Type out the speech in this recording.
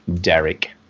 Derek